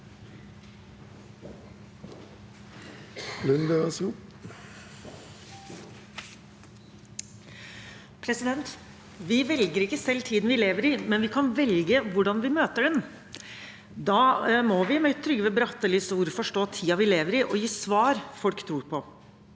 Lunde (H) Vi velger ikke selv tiden vi lever i, men vi kan velge hvordan vi møter den. Da må vi, med Trygve Brattelis ord, forstå tiden vi lever i, og gi svar folk tror på.